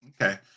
Okay